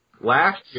Last